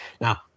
Now